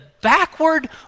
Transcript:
backward